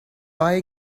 lie